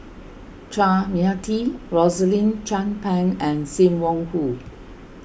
Chua Mia Tee Rosaline Chan Pang and Sim Wong Hoo